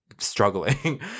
struggling